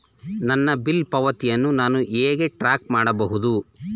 ನನ್ನ ಬಿಲ್ ಪಾವತಿಯನ್ನು ನಾನು ಹೇಗೆ ಟ್ರ್ಯಾಕ್ ಮಾಡಬಹುದು?